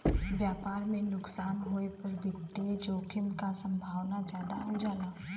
व्यापार में नुकसान होये पर वित्तीय जोखिम क संभावना जादा हो जाला